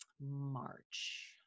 March